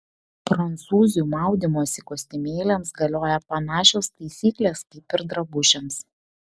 prancūzių maudymosi kostiumėliams galioja panašios taisyklės kaip ir drabužiams